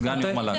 סגן יו"ר מל"ג.